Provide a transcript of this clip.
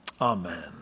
Amen